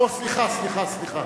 סליחה, סליחה,